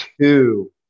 two